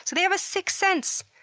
so they have a sixth sense!